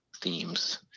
themes